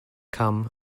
come